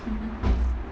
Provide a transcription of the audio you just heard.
mmhmm